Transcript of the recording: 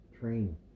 train